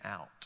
out